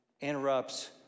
interrupts